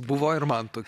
buvo ir man tokia